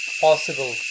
Possible